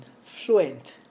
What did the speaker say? fluent